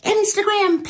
Instagram